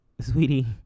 sweetie